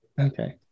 Okay